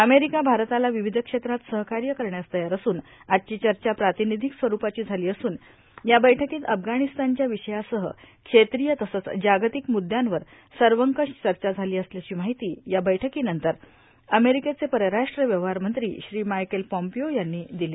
America भारताला विविध क्षेत्रात सहकार्य करण्यास तयार असून आजची चर्चा प्रातिनिधीक स्वरूपाची झाली असून या बैठकीत अफगाणिस्तानच्या विषयासह क्षेत्रीय तसंच जागतिक मुद्यांवर सर्वकष चर्चा झाली असल्याची माहिती या बैठकीनंतर अमेरिकेचे परराष्ट्र व्यवहार मंत्री श्री मायकेल पॉम्पीओ यांनी दिली